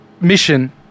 Mission